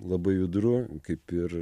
labai judru kaip ir